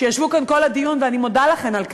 שישבו כאן כל הדיון ואני מודה לכן על כך: